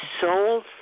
soul